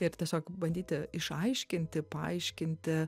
ir tiesiog bandyti išaiškinti paaiškinti